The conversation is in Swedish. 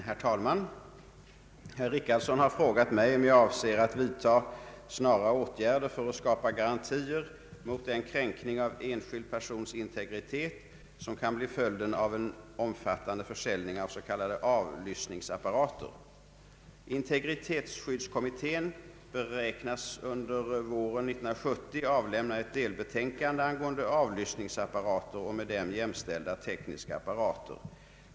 Herr talman! Herr Richardson har frågat mig om jag avser att vidta snara åtgärder för att skapa garantier mot den kränkning av enskild persons integritet som kan bli följden av en omfattande försäljning av s.k. avlyssningsapparater. Integritetsskyddskommittén beräknas under våren 1970 avlämna ett delbetänkande angående avlyssningsapparater och med dem jämställda tekniska apparater.